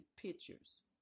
pictures